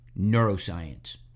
neuroscience